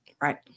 Right